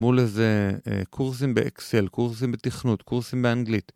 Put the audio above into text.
מול איזה קורסים באקסל, קורסים בתכנות, קורסים באנגלית